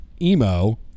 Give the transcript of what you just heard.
emo